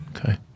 Okay